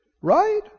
right